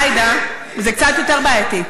חוט שדרה, עאידה, זה קצת יותר בעייתי.